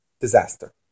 Disaster